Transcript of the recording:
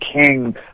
King